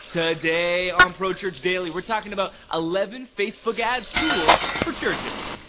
today on pro church daily we're talking about eleven facebook ads tools for churches.